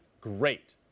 great